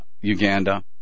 Uganda